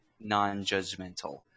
non-judgmental